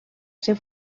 ser